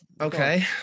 okay